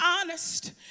honest